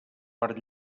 per